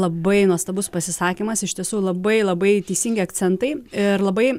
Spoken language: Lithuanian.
labai nuostabus pasisakymas iš tiesų labai labai teisingi akcentai ir labai